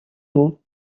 mots